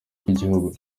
rw’igihugu